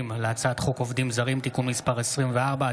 להצעת חוק עובדים זרים (תיקון מס' 24),